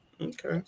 Okay